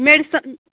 medicine